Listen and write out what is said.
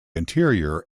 interior